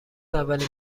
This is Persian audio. اولین